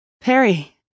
Perry